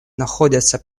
находятся